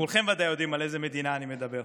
כולכם ודאי יודעים על איזו מדינה אני מדבר.